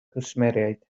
gwsmeriaid